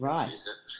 Right